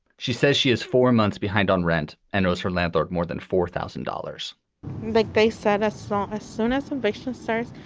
she says she is four months behind on rent and owes her landlord more than four thousand dollars like they said, as soon um as soon as innovation starts,